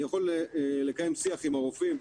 אני יכול לקיים שיח עם הרופאים,